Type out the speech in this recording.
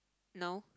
no